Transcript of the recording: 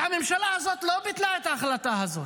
והממשלה הזאת לא ביטלה את ההחלטה הזאת,